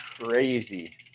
crazy